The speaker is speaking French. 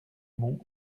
mont